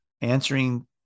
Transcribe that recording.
answering